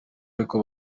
ariko